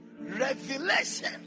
Revelation